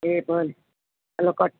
એ ભલે હાલો કટ